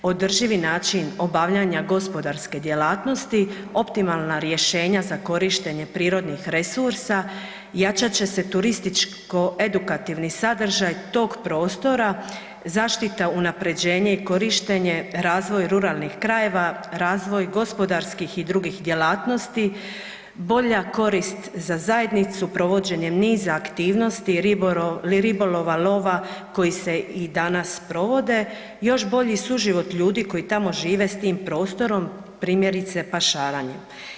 Održivi način obavljanja gospodarske djelatnosti, optimalna rješenja za korištenje prirodnih resursa, jačat će se turističko-edukativni sadržaj tog prostora, zaštita, unaprjeđenje i korištenje, razvoj ruralnih krajeva, razvoj gospodarskih i drugih djelatnosti, bolja korist za zajednicu provođenjem niza aktivnosti, ribolova, lova, koji se i danas provode, još bolji suživot ljudi koji tamo žive, s tim prostorom, primjerice, pašaranjem.